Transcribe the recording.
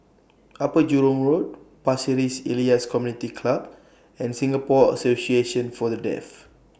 Upper Jurong Road Pasir Ris Elias Community Club and Singapore Association For The Deaf